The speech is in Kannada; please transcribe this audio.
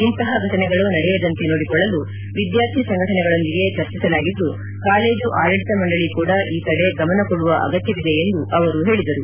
ಇಂತಹ ಫಟನೆಗಳು ನಡೆಯದಂತೆ ನೋಡಿಕೊಳ್ಳಲು ವಿದ್ಯಾರ್ಥಿ ಸಂಘಟನೆಗಳೊಂದಿಗೆ ಚರ್ಚಿಸಲಾಗಿದ್ದು ಕಾಲೇಜು ಆದಳಿತ ಮಂದಳಿ ಕೂಡ ಈ ಕಡೆ ಗಮನ ಕೊಡುವ ಅಗತ್ಯವಿದೆ ಎಂದು ಅವರು ಹೇಳಿದರು